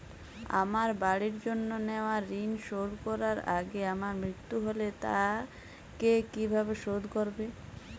আমার বাড়ির জন্য নেওয়া ঋণ শোধ করার আগে আমার মৃত্যু হলে তা কে কিভাবে শোধ করবে?